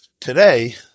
Today